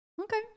Okay